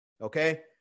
Okay